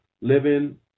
living